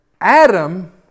Adam